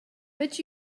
but